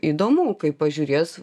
įdomu kaip pažiūrės